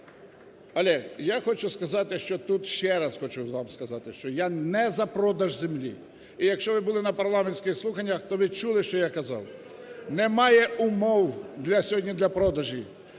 Олег, я хочу сказати, що тут, ще раз хочу вам сказати, що я не за продаж землі. І якщо ви були на парламентських слуханнях, то ви чули, що я казав. Немає умов сьогодні для продажів.